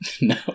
No